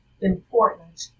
important